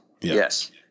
yes